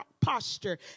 posture